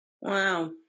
wow